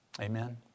Amen